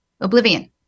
oblivion